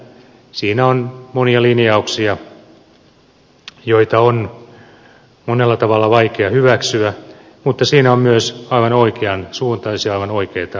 siinä on monia linjauksia joita on monella tavalla vaikea hyväksyä mutta siinä on myös aivan oikeansuuntaisia aivan oikeita monia linjauksia